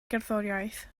gerddoriaeth